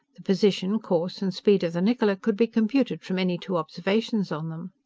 the position, course, and speed of the niccola could be computed from any two observations on them.